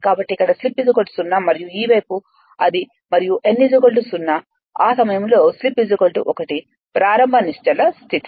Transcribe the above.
కాబట్టి ఇక్కడ స్లిప్ 0 మరియు ఈ వైపు అది మరియు n 0 ఆ సమయంలో స్లిప్ 1 ప్రారంభ నిశ్చల స్థితి